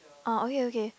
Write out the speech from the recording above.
oh okay okay